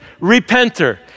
repenter